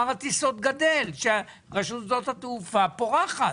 במציאות שבה מספר הטיסות גדל ורשות שדות התעופה פורחת.